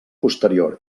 posterior